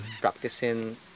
practicing